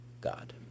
God